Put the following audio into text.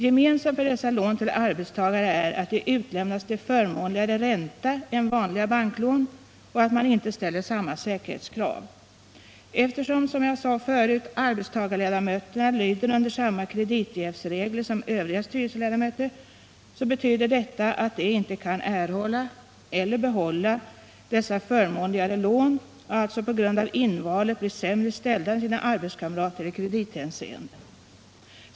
Gemensamt för dessa lån till arbetstagare är att de utlämnas till förmånligare ränta än vanliga banklån och att man inte ställer samma säkerhetskrav. Eftersom, som jag sade förut, arbetstagarledamöterna lyder under samma kreditjävsregler som övriga styrelseledamöter betyder detta att de inte kan erhålla, eller behålla, dessa förmånligare lån, och alltså på grund av invalet blir sämre ställda än sina arbetskamrater i kredithänseende.